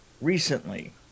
recently